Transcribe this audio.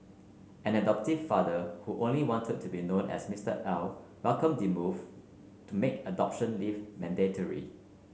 an adoptive father who only wanted to be known as Mister L welcomed the move to make adoption leave mandatory